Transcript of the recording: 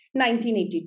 1982